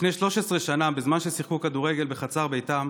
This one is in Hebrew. לפני 13 שנה, בזמן ששיחקו כדורגל בחצר ביתם,